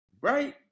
Right